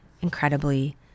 incredibly